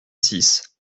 six